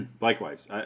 Likewise